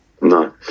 No